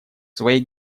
своей